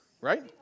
right